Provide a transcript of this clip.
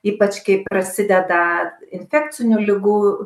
ypač kai prasideda infekcinių ligų